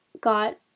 got